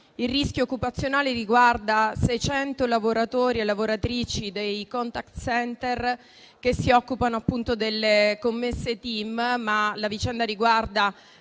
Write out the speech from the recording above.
il rischio occupazionale riguarda 600 lavoratori e lavoratrici dei *contact center* che si occupano delle commesse TIM, ma la vicenda riguarda